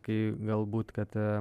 kai galbūt kad